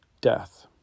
death